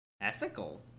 Ethical